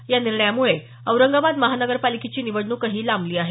या निर्णयामुळे औरंगाबाद महानगरपालिकेची निवडणुकही लांबली आहे